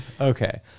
Okay